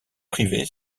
privée